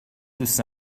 دوست